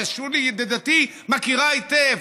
ששולי ידידתי מכירה היטב,